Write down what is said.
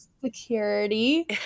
security